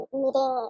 meeting